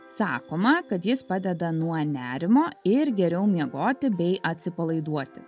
sakoma kad jis padeda nuo nerimo ir geriau miegoti bei atsipalaiduoti